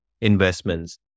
investments